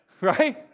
Right